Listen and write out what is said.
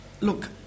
Look